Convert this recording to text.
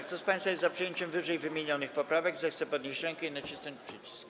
Kto z państwa jest za przyjęciem wymienionych poprawek, zechce podnieść rękę i nacisnąć przycisk.